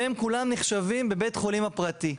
שהם כולם נחשבים בבית החולים הפרטי.